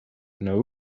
know